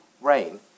rain